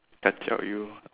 I tell you